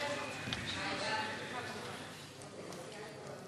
אני נדהמת כמעט כל שבוע מחדש כשאני רואה